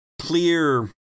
clear